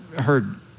heard